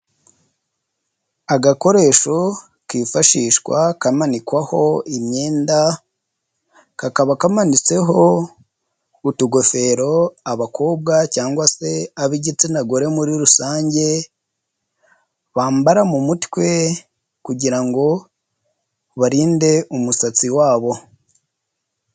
Agakoresho kifashishwa kamanikwaho imyenda, kakaba kamanitseho utugofero abakobwa cyangwa se ab'igitsina gore muri rusange, bambara mu mutwe kugira ngo barinde umusatsi wabo.